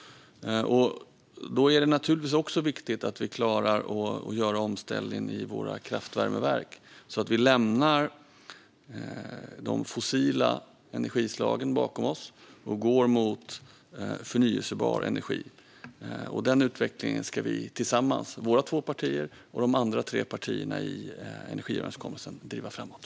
Det är också viktigt att vi klarar av att göra en omställning i våra kraftvärmeverk, så att vi lämnar de fossila energislagen bakom oss och går mot förnybar energi. Den utvecklingen ska vi tillsammans - våra två partier och de andra tre partierna i energiöverenskommelsen - driva framåt.